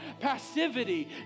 passivity